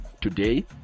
today